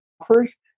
offers